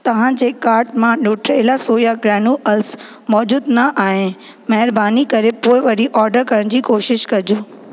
तव्हांजे कार्ट मां Nutrela soya granules मौजूदु न आहे महिरबानी करे पोइ वरी ऑर्डर करण जी कोशिशि कजो